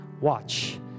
Watch